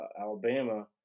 Alabama